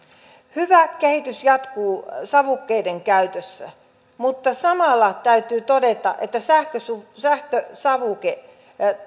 hyvä kehitys jatkuu savukkeiden käytössä mutta samalla täytyy todeta että sähkösavukkeet